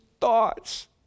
thoughts